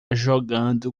jogando